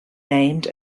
named